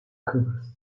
kıbrıs